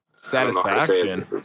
Satisfaction